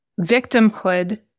victimhood